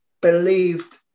believed